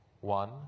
one